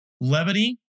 levity